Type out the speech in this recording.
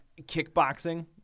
kickboxing